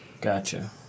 Gotcha